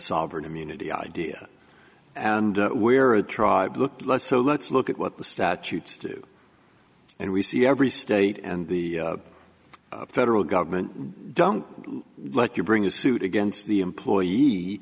sovereign immunity idea and we're a tribe looked less so let's look at what the statutes do and we see every state and the federal government don't let you bring a suit against the employee